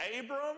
Abram